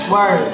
Word